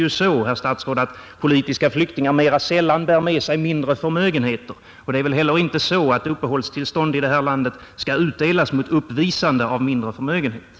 Politiska flyktingar bär emellertid, herr statsråd, mera sällan med sig mindre förmögenheter, och uppehållstillstånd i detta land skall väl heller inte beviljas mot uppvisande av mindre förmögenheter.